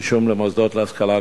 רישום למוסדות להשכלה גבוהה,